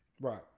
Right